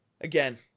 again